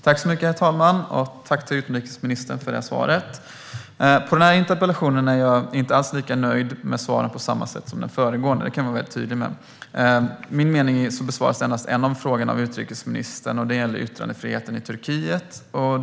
Herr talman! Tack, utrikesministern, för svaret! Jag inte alls lika nöjd med svaret på denna interpellation som jag var med svaret på den föregående. Det vill jag vara tydlig med. Enligt min mening besvaras endast en av mina frågor av utrikesministern, och den gäller yttrandefriheten i Turkiet.